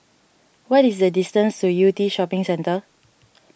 what is the distance to Yew Tee Shopping Centre